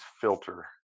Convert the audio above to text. filter